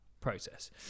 process